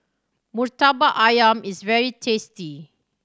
Murtabak Ayam is very tasty